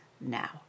now